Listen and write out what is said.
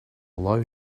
low